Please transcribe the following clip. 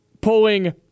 pulling